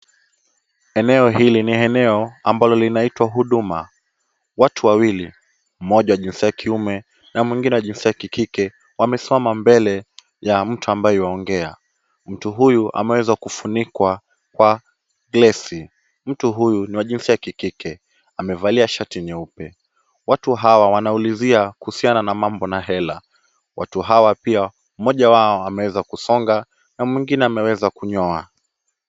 Eneo hili ni eneo ambalo linaitwa huduma. Watu wawili, mmoja jinsia ya kiume na mwingine jinsia ya kike wamesiamama mbele ya mtu ambaye anaongea. Mtu huyu ameweza kufunikwa kwa glesi. Mtu huyu ni wa jinsia ya kike. Amevalia shati nyeupe. Watu hawa wanaulizia kuhusiana na mambo na hela. Watu hawa pia mmoja wao ameweza kusonga na mwingine ameweza kunyoa.